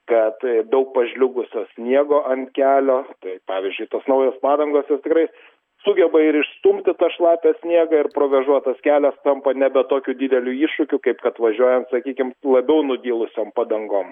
kad daug pažliugusio sniego ant kelio tai pavyzdžiui tos naujos padangos jos tikrai sugeba ir išstumti tą šlapią sniegą ir provėžotas kelias tampa nebe tokiu dideliu iššūkiu kaip kad važiuojant sakykim labiau nudilusiom padangom